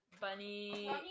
bunny